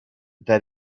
that